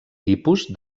tipus